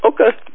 okay